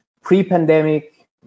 pre-pandemic